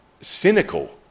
cynical